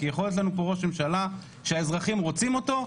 כי יכול להיות לנו פה ראש ממשלה שהאזרחים רוצים אותו,